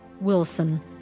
Wilson